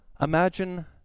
imagine